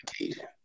occasion